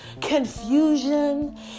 confusion